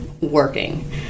working